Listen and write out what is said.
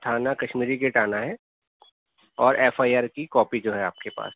تھانہ کشمیری گیٹ آنا ہے اور ایف آئی آر کی کاپی جو ہے آپ کے پاس